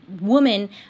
woman